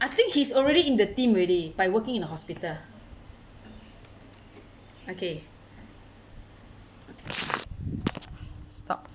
I think he's already in the team already by working in the hospital okay stop